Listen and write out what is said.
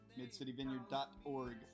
midcityvineyard.org